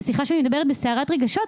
וסליחה שאני מדברת בסערת רגשות.